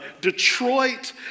Detroit